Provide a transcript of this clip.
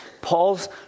Paul's